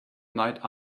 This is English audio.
night